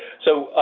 so,